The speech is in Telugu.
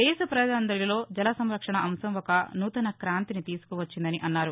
దేశ ప్రజలందరిలో జల సంరక్షణ అంశం ఒక నూతన క్రాంతిని తీసుకు వచ్చిందని అన్నారు